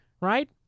right